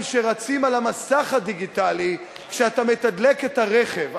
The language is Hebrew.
שרצים על המסך הדיגיטלי כשאתה מתדלק את הרכב,